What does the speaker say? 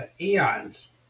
eons